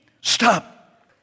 stop